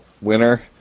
winner